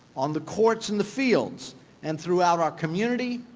on the courts and the fields and throughout our community,